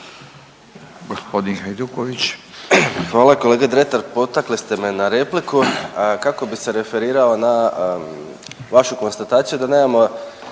Hvala. Kolega Dretar, potakli ste me na repliku kako bi se referirao na vašu konstataciju da nemamo